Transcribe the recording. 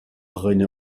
dhuine